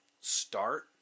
start